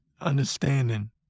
understanding